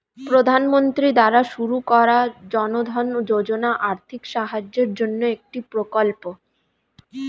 প্রধানমন্ত্রী দ্বারা শুরু করা জনধন যোজনা আর্থিক সাহায্যের জন্যে একটি প্রকল্প